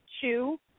two